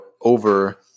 over